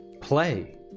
play